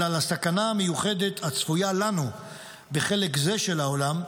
אלא לסכנה המיוחדת הצפויה לנו בחלק זה של העולם: